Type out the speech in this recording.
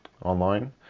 online